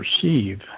perceive